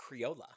creola